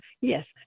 Yes